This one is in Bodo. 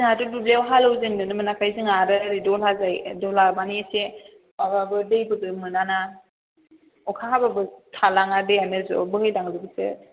जोंहाथ' दुब्लि आव हालेव जेननोनो मोनाखै जोंहा आरो एरै दहला जायो दहला माने एसे माबाबो दैबो दोननो मोना ना आखा हाबाबो थालाङा दैयानो ज्र' बोहैलांजोबोसो